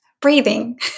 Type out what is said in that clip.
breathing